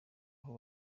aho